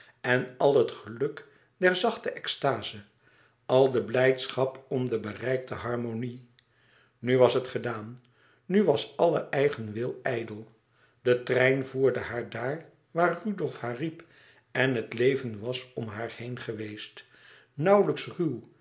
en al het geluk der zachte extaze al de blijdschap om de bereikte harmonie nu was het gedaan nu was alle eigen wil ijdel de trein voerde haar daar waar rudolf haar riep en het leven was om haar heen geweest nauwlijks